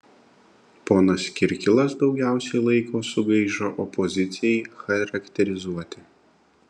ponas kirkilas daugiausiai laiko sugaišo opozicijai charakterizuoti